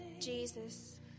Jesus